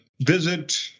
visit